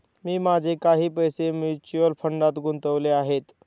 मी माझे काही पैसे म्युच्युअल फंडात गुंतवले आहेत